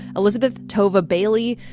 elisabeth tova bailey,